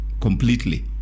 completely